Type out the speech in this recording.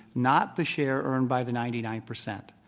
not the share earned by the ninety nine percent.